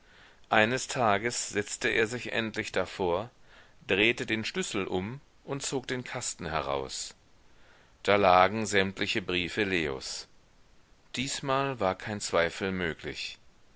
eines tages setzte er sich endlich davor drehte den schlüssel um und zog den kasten heraus da lagen sämtliche briefe leos diesmal war kein zweifel möglich